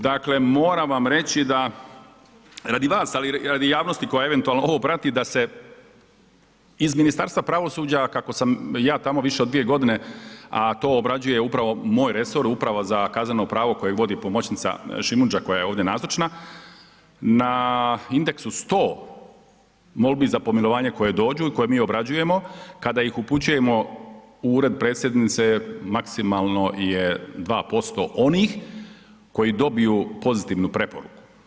Dakle, moram vam reći da, radi vas ali i radi javnosti koja eventualno ovo prati da se iz Ministarstva pravosuđa kako sam ja tamo više od 2 godine, a to obrađuje upravo moj resor Uprava za kazneno pravo koje vodi pomoćnica Šimunđa koja je ovdje nazočna, na indeksu 100 molbi za pomilovanje koje dođu i koje mi obrađujemo kada ih upućujemo u Ured predsjednice maksimalno je 2% onih koji dobiju pozitivnu preporuku.